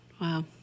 Wow